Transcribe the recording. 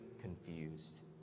confused